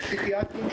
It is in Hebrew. פסיכיאטריים,